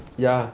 ya